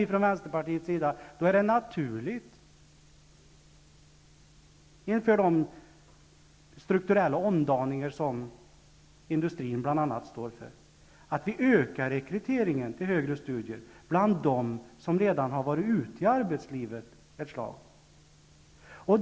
Vi i Vänsterpartiet säger att det är naturligt att man inför de strukturella omdaningar som bl.a. industrin står inför ökar rekryteringen till högre studier bland dem som redan har varit ute i arbetslivet ett tag.